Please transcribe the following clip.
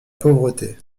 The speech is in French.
pauvreté